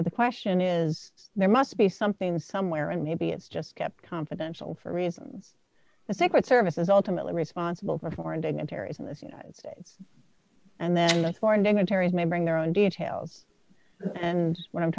and the question is there must be something somewhere and maybe it's just kept confidential for reasons the secret service is ultimately responsible for foreign dignitaries in the united states and then the foreign dignitaries may bring their own details and what i'm